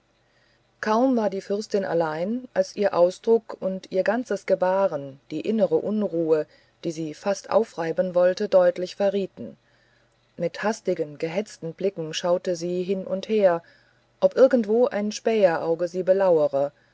kaum war die fürstin allein als ihr ausdruck und ganzes gebaren die innere unruhe die sie fast aufreiben wollte deutlich verrieten mit hastigen gehetzten blicken schaute sie hin und her ob irgendwo ein späherauge sie belauere